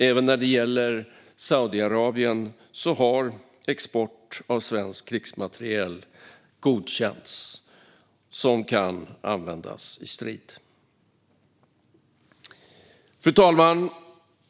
Även när det gäller Saudiarabien har export av svensk krigsmateriel som kan användas i strid godkänts. Fru talman!